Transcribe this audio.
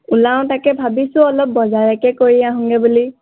ওলাওঁ তাকে ভাবিছোঁ অলপ বজাৰকে কৰি আহোগৈ বুলি